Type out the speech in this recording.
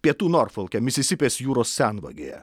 pietų norfolke misisipės jūros senvagėje